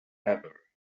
ever